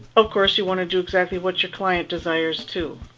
of course, you want to do exactly what your client desires, too.